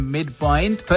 Midpoint